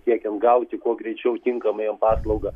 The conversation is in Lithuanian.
siekiant gauti kuo greičiau tinkamą jam paslaugą